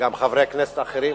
וגם חברי כנסת אחרים.